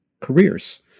careers